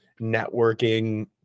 networking